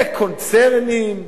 לקונצרנים.